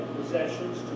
possessions